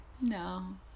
No